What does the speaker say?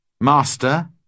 Master